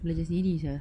belajar sendiri sia